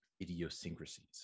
idiosyncrasies